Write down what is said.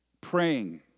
Praying